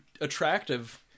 attractive